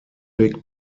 thick